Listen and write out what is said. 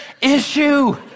issue